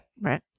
Right